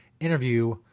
interview